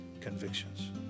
convictions